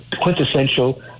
quintessential